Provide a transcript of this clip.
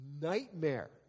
nightmare